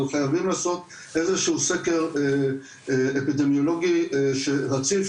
אבל חייבים לעשות איזה שהוא סקר אפידמיולוגי רציף,